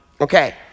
Okay